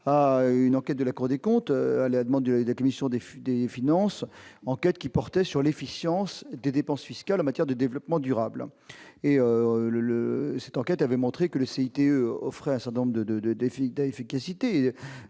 à une enquête de la Cour des comptes à la demande d'admission des fûts des finances enquête qui portait sur l'efficience des dépenses fiscales en matière de développement durable et le cette enquête a démontré que le CICE offrait un certain nombre de,